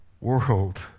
world